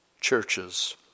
churches